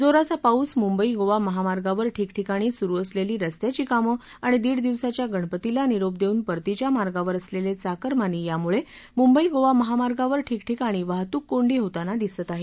जोराचा पाऊस मुंबई गोवा महामार्गावर ठिकठिकाणी सुरू असलेली रस्त्याची कामं आणि दीड दिवसाच्या गणपतीला निरोप देऊन परतीच्या मार्गावर असलेले चाकरमानी यामुळे मुंबई गोवा महामार्गावर ठिकठिकाणी वाहतूक कोंडी होताना दिसतं आहे